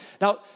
Now